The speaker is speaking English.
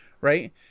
right